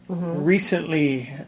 recently